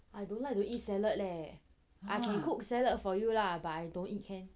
I don't like to eat salad leh I can cook salad for you lah but I don't eat can